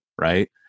right